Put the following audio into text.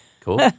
Cool